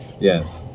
yes